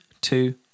two